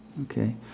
okay